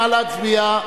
נא להצביע.